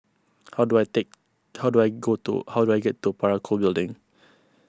how do I take how do I go to how do I get to Parakou Building